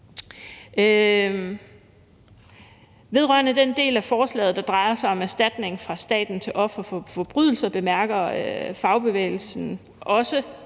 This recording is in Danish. Vedrørende den del af forslaget, som drejer sig om erstatning fra staten til ofre for forbrydelser, bemærker fagbevægelsen og